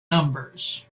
numbers